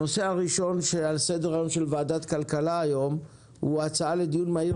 הנושא הראשון שעל סדר היום של ועדת הכלכלה היום הוא הצעה לדיון מהיר